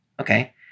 Okay